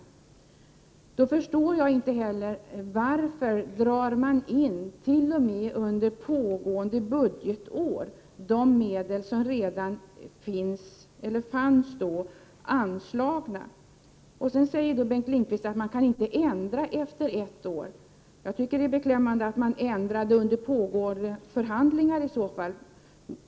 Mot den bakgrunden förstår jag inte varför redan anslagna medel, t.o.m. under pågående budgetår, dras in. Dessutom säger Bengt Lindqvist att det inte går att ändra efter ett år. Jag måste därför säga att jag tycker att det är beklämmande att man ändrade under pågående förhandlingar.